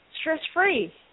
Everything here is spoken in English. stress-free